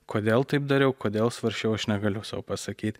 kodėl taip dariau kodėl svarsčiau aš negaliu sau pasakyti